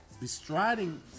Bestriding